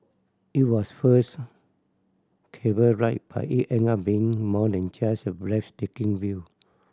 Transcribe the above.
it was first cable ride but it ended up being more than just a breathtaking view